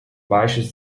baixas